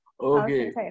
Okay